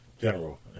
general